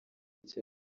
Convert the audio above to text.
icyo